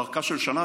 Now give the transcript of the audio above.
ארכה של שנה,